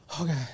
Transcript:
Okay